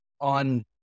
on